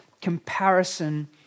comparison